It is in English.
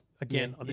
again